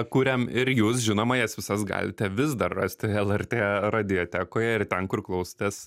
kuriam ir jūs žinoma jas visas galite vis dar rasti lrt radiotekoje ir ten kur klausotės